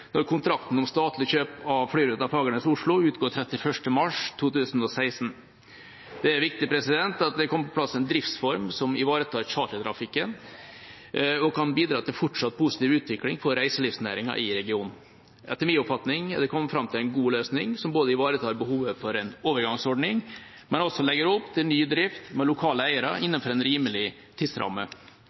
når kontrakten om statlig kjøp av flyruten Fagernes–Oslo utgår 31. mars 2016. Det er viktig at det kommer på plass en driftsform som ivaretar chartertrafikken og kan bidra til fortsatt positiv utvikling for reiselivsnæringen i regionen. Etter min oppfatning er det kommet fram til en god løsning som både ivaretar behovet for en overgangsordning og legger opp til ny drift med lokale eiere innenfor en rimelig tidsramme.